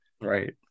Right